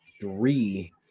three